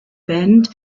band